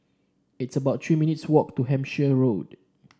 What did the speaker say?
it's about Three minutes' walk to Hampshire Road